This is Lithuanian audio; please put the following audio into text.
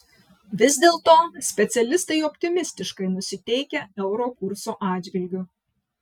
vis dėlto specialistai optimistiškai nusiteikę euro kurso atžvilgiu